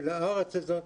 של הארץ הזאת,